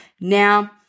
Now